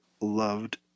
loved